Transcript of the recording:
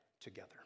together